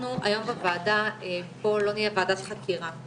אנחנו היום בוועדה פה לא נהיה ועדת חקירה,